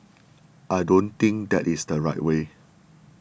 I don't think that is the right way